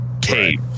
cave